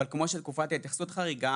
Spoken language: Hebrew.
אבל כמו שתקופת ההתייחסות חריגה,